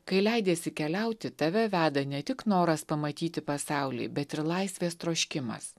kai leidiesi keliauti tave veda ne tik noras pamatyti pasaulį bet ir laisvės troškimas